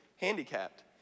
handicapped